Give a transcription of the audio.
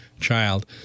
child